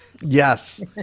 Yes